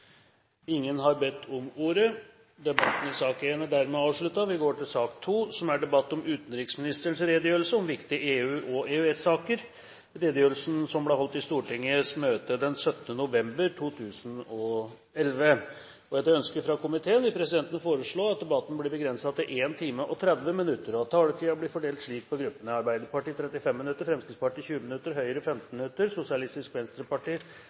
Ingen har bedt om ordet. Etter ønske fra utenriks- og forsvarskomiteen vil presidenten foreslå at debatten blir begrenset til 1 time og 30 minutter, og at taletiden fordeles slik: Arbeiderpartiet 35 minutter, Fremskrittspartiet 20 minutter, Høyre 15 minutter, Sosialistisk Venstreparti